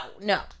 no